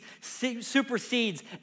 supersedes